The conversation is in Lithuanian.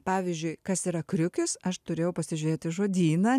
pavyzdžiui kas yra kriukis aš turėjau pasižiūrėti žodyną